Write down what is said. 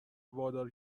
وادار